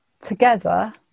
Together